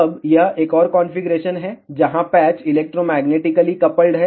अब यह एक और कॉन्फ़िगरेशन है जहां पैच इलेक्ट्रोमैग्नेटिकली कपल्ड हैं